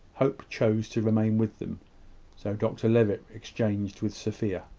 hope chose to remain with them so dr levitt exchanged with sophia.